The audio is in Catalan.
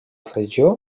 regió